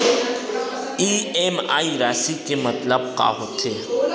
EMI राशि के मतलब का होथे?